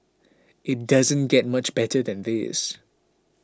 it doesn't get much better than this